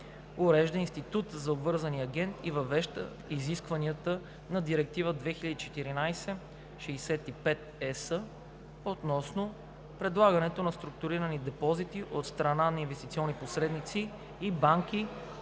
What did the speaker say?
урежда института на обвързания агент и въвежда изискванията на Директива 2014/65/ЕС относно предлагането на структурирани депозити от страна на инвестиционни посредници и банки,